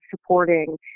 supporting